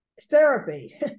therapy